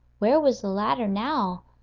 where was the ladder now?